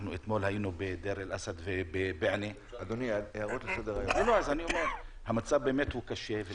אתמול היינו בדיר אל-אסד ובעיינה והמצב הוא באמת קשה.